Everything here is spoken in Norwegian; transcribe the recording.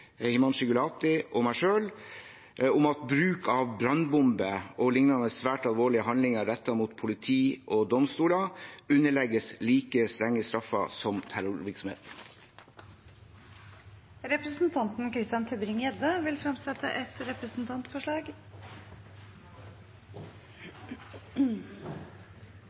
og meg selv om at bruk av brannbomber og lignende svært alvorlige handlinger rettet mot politi og domstoler, underlegges like strenge straffer som terrorvirksomhet. Representanten Christian Tybring-Gjedde vil fremsette et representantforslag.